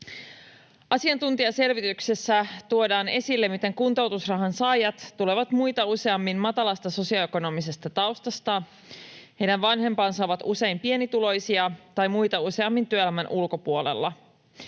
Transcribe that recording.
Asiantuntijaselvityksessä tuodaan esille, miten kuntoutusrahan saajat tulevat muita useammin matalasta sosioekonomisesta taustasta, heidän vanhempansa ovat usein pienituloisia tai muita useammin työelämän ulkopuolella,